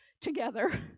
together